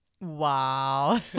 Wow